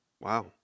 Wow